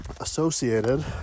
associated